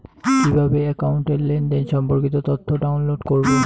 কিভাবে একাউন্টের লেনদেন সম্পর্কিত তথ্য ডাউনলোড করবো?